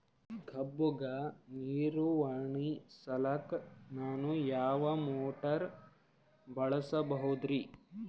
ಕಬ್ಬುಗ ನೀರುಣಿಸಲಕ ನಾನು ಯಾವ ಮೋಟಾರ್ ಬಳಸಬಹುದರಿ?